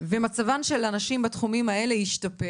ומצבן של הנשים בתחומים האלה השתפר